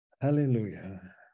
Hallelujah